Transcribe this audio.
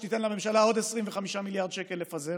שתיתן לממשלה עוד 25 מיליארד שקל לפזר,